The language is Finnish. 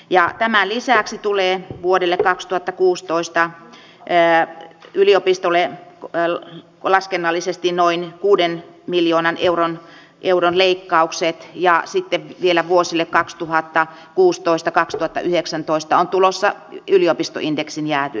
ja tämä lisää tulee vuodelle kaksituhattakuusitoista jää yliopistolen päälle laskennallisesti noin kuuden miljoonan euron euron leikkaukset ja sitten vielä vuosille kaksituhattakuusitoista kaksituhattayhdeksäntoista on tulossa yliopistoindeksin jääty